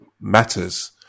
matters